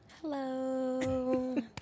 Hello